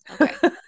Okay